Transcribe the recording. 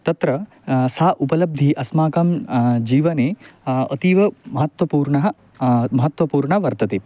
तत्र सा उपलब्धिः अस्माकं जीवने अतीव महत्वपूर्णः महत्वपूर्णः वर्तते